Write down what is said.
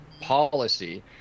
policy